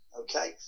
okay